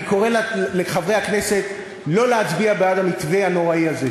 אני קורא לחברי הכנסת לא להצביע בעד המתווה הנוראי הזה.